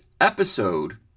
episode